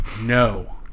No